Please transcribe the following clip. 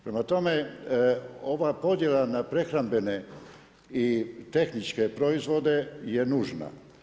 Prema tome, ova podjela na prehrambene i tehničke proizvode je nužna.